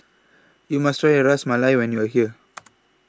YOU must Try Ras Malai when YOU Are here